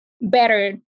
better